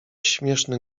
śmieszny